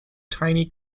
tiny